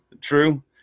true